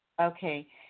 Okay